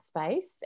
space